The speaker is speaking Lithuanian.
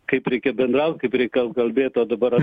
kaip reikia bendraut kaip reikia kal kalbėt dabar